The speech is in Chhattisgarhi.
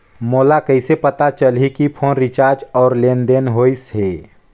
मोला कइसे पता चलही की फोन रिचार्ज और लेनदेन होइस हे?